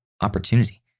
opportunity